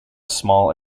small